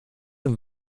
und